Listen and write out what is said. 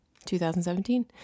2017